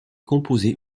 composée